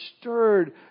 stirred